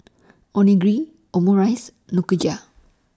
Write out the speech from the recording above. Onigiri Omurice Nikujaga